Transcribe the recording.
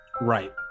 right